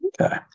Okay